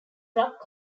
rock